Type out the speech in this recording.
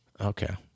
Okay